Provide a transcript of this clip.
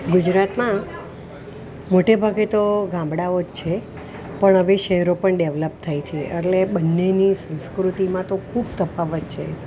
ગુજરાતમાં મોટે ભાગે તો ગામડાઓ જ છે પણ હવે શહેરો પણ ડેવેલોપ થાય છે અને બંનેની સંસ્કૃતિમાં તો ખૂબ તફાવત છે